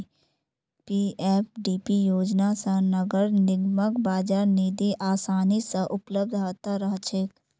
PFDP योजना स नगर निगमक बाजार निधि आसानी स उपलब्ध ह त रह छेक